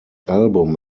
album